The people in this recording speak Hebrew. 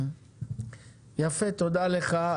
תודה לך.